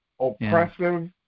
oppressive